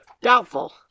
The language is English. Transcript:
Doubtful